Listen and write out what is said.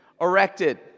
erected